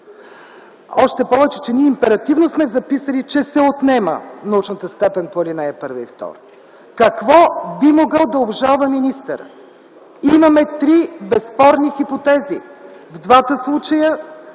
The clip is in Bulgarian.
Още повече, че ние императивно сме записали, че се отнема научната степен по алинеи 1 и 2. Какво би могъл да обжалва министърът? Имаме три безспорни хипотези. В единия случай